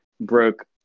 broke